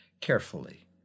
carefully